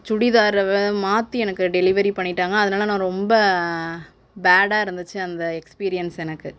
சுடிதாரவே மாற்றி எனக்கு டெலிவரி பண்ணிட்டாங்கள் அதனால நான் ரொம்ப சேடா இருந்துச்சு அந்த எக்ஸ்பீரியன்ஸ் எனக்கு